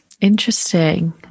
Interesting